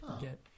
get